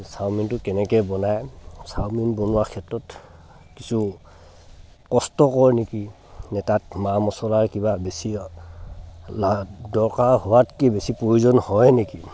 চাওমিনটো কেনেকৈ বনায় চাওমিন বনোৱা ক্ষেত্ৰত কিছু কষ্টকৰ নেকি নে তাত মা মছলাৰ কিবা বেছি লাভ দৰকাৰ হোৱাতকৈ বেছি প্ৰয়োজন হয় নেকি